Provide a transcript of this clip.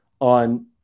on